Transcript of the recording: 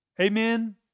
Amen